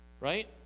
Right